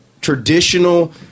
traditional